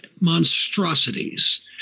monstrosities